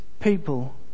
people